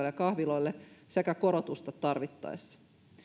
ja kahviloille sekä korotusta tarvittaessa